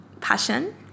passion